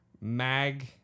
mag